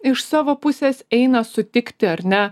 iš savo pusės eina sutikti ar ne